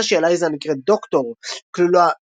גרסה של אלייזה הנקראת "דוקטור" כלולה ב-emacs.